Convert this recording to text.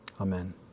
Amen